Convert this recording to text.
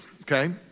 okay